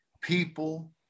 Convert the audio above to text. people